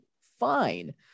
fine